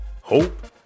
hope